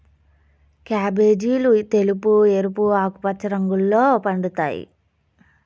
క్యాబేజీలు తెలుపు, ఎరుపు, ఆకుపచ్చ రంగుల్లో పండుతాయి